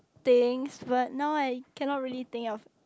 things but now I cannot really think of